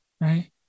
right